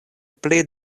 pli